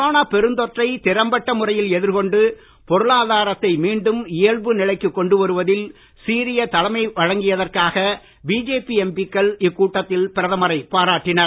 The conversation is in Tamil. கொரோனா பெருந்தொற்றை திறம்பட்ட முறையில் எதிர்கொண்டு பொருளாதாரத்தை மீண்டும் இயல்பு நிலைக்கு கொண்டு வருவதில் சீரிய தலைமை வழங்கியதற்காக பிஜேபி எம்பிக்கள் இக்கூட்டத்தில் பிரதமரைப் பாராட்டினர்